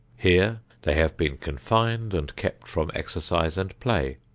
here they have been confined and kept from exercise and play,